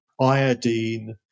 iodine